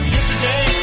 Yesterday